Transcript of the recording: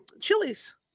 chilies